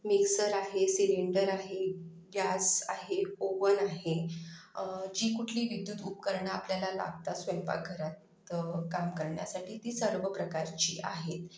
mixer आहे cylinder आहे gas आहे ओवन आहे जी कुठली विद्युत उपकरणं आपल्याला लागतात स्वयंपाकघरात काम करण्यासाठी ती सर्व प्रकारची आहेत